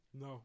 No